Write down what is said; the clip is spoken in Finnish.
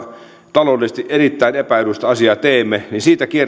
taloudellista erittäin epäedullista asiaa teemme siitä